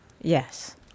Yes